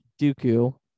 Dooku